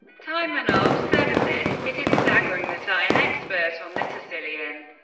taimanov said of this it is staggering that i, an expert on the sicilian,